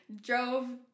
drove